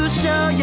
show